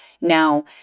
Now